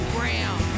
Graham